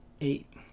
Eight